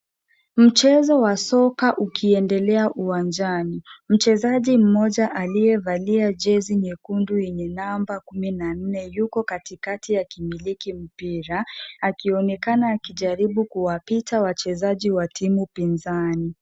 Mchezo wa soka ukiendelea uwanjani, mchezaji mmoja aliyevalia jezi nyekundu yenye namba kumi na nne yuko katikati ya akimiliki mpira, akionekana akijaribu kuwapita wachezaji wa timu pinzani.